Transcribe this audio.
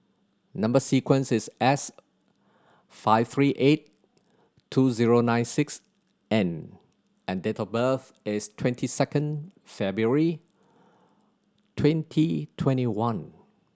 number sequence is S five three eight two zero nine six N and date of birth is twenty second February twenty twenty one